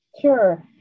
Sure